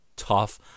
tough